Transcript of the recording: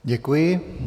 Děkuji.